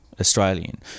Australian